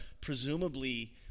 presumably